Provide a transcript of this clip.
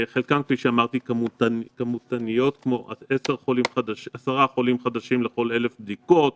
חלקן כמותניות כמו: עד עשרה חולים חדשים לכל 1,000 בדיקות,